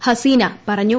ഹസീന പറഞ്ഞു